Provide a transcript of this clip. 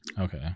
okay